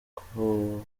kumwohereza